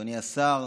אדוני השר,